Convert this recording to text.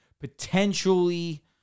Potentially